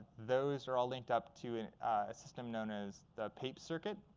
those are all linked up to and a system known as the papez circuit.